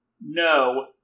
No